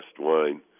wine